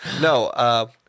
No